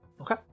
Okay